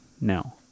Now